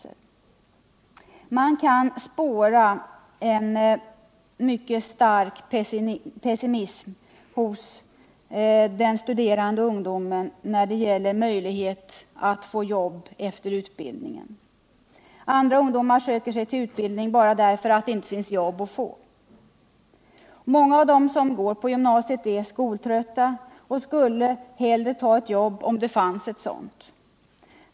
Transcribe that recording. En mycket stark pessimism kan spåras hos den studerande ungdomen när det gäller möjligheterna att få jobb efter avslutad utbildning. En del ungdomar söker sig till utbildning bara därför att det inte finns jobb att få. Många av dem som går på gymnasiet är skoltrötta och skulle hellre ta ett jobb om ett sådant fanns.